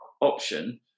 option